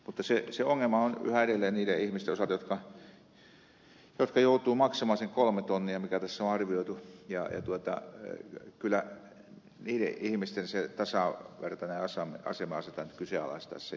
mutta se ongelma on yhä edelleen niiden ihmisten osalta jotka joutuvat maksamaan sen kolme tonnia mikä tässä on arvioitu ja kyllä niiden ihmisten tasavertainen asema asetetaan nyt kyseenalaiseksi tässä